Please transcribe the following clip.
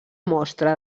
mostra